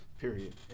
Period